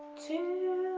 two,